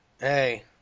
Hey